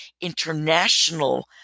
international